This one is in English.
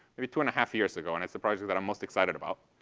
maybe two and a half years ago, and it's a project that i'm most excited about.